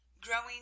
growing